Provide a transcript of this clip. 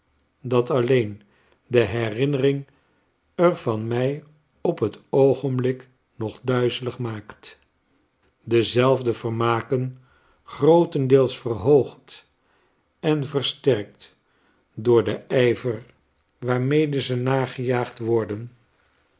dat alleen de herinnering er van my op het oogenblik nog duizelig maakt dezelfde vermaken grootendeels verhoogd en versterkt door den ijver waarmede ze nagejaagd worden